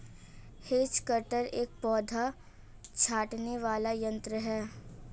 has cutter एक पौधा छाँटने वाला यन्त्र है